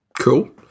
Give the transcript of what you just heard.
Cool